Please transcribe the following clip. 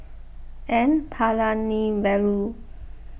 N Palanivelu